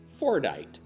fordite